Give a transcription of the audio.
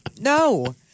No